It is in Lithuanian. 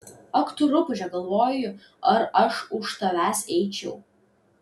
ak tu rupūže galvoju ar aš už tavęs eičiau